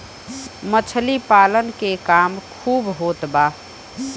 मछली पालन के काम खूब होत बा